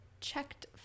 checked